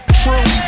true